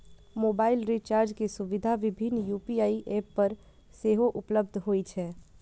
mobile recharge के सुविधा विभिन्न यू.पी.आई एप पर सेहो उपलब्ध होइ छै